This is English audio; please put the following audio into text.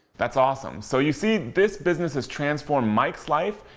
that's awesome. so you see, this business has transformed mike's life,